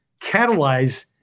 catalyze